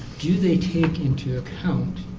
do they take into account